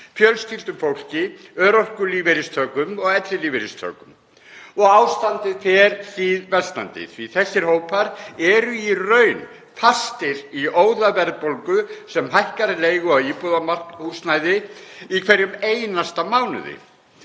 fjölskyldufólki, örorkulífeyristökum og ellilífeyristökum. Ástandið fer hríðversnandi því þessir hópar eru í raun fastir í óðaverðbólgu sem hækkar leigu á íbúðarhúsnæði í hverjum einasta mánuði.